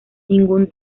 ningún